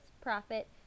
profit